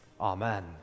Amen